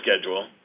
schedule